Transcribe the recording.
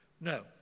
No